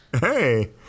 hey